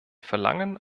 verlangen